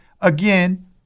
again